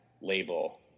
label